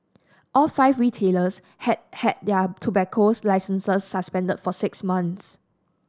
all five retailers have had their tobaccos licences suspended for six months